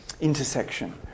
intersection